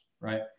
Right